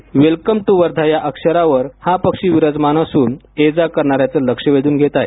well come to Wardha या अक्षरांवर हा पक्षी विराजमान असून ये जा करणार्यां चं लक्ष वेधून घेत आहे